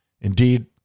Indeed